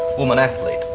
woman athlete,